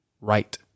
right